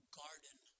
garden